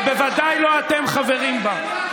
ובוודאי לא אתם חברים בה.